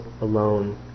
alone